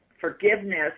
forgiveness